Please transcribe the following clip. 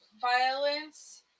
violence